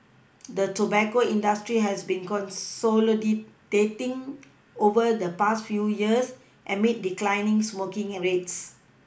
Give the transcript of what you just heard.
the tobacco industry has been consolidating over the past few years amid declining smoking rates